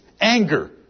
Anger